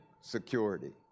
security